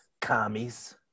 commies